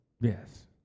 Yes